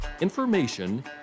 information